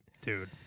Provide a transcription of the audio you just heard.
dude